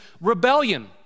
rebellion